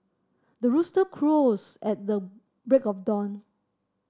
the rooster crows at the break of dawn